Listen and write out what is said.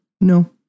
No